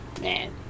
Man